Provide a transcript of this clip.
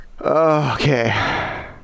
Okay